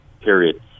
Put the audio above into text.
period